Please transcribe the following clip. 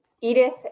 Edith